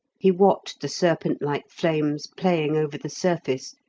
he watched the serpent-like flames playing over the surface,